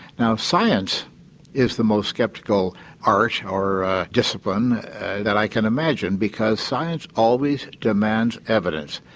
now science is the most skeptical art or discipline that i can imagine, because science always demands evidence.